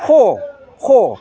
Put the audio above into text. ह ह